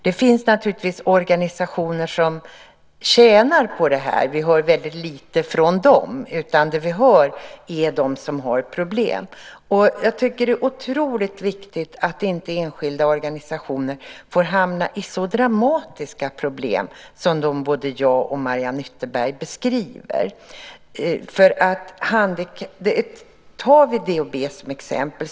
Det finns naturligtvis organisationer som tjänar på detta. Vi hör väldigt lite från dem. Dem vi hör är de som har problem. Jag tycker att det är otroligt viktigt att enskilda organisationer inte hamnar i så dramatiska problem som de som både jag och Mariann Ytterberg beskriver. Vi kan ta DHB som exempel.